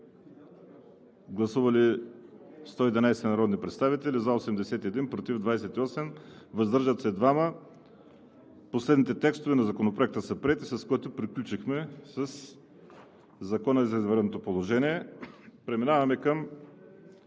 Гласували 111 народни представители: за 81, против 28, въздържали се 2. Последните текстове на Законопроекта са приети, с което приключихме със Закона за извънредното положение. Преминаваме към: